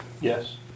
Yes